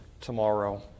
tomorrow